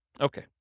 Okay